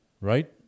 Right